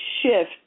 shift